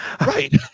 Right